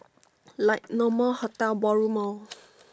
like normal hotel ballroom loh